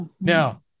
Now